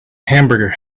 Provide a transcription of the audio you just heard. hamburger